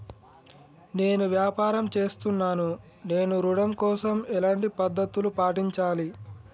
నేను వ్యాపారం చేస్తున్నాను నేను ఋణం కోసం ఎలాంటి పద్దతులు పాటించాలి?